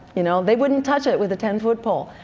you know they wouldn't touch it with a ten foot pole.